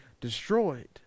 destroyed